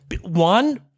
One